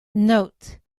note